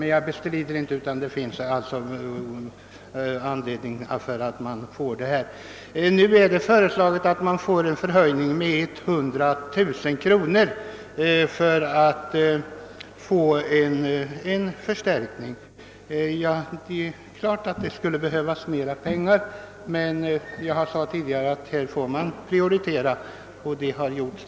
Kungl. Maj:t föreslår nu att 100 000 kronor anslås för en intensifiering av kartläggningen. Det skulle naturligtvis behövas mer pengar, men såsom jag förut sagt måste man alltid göra vissa prioriteringar och avvägningar.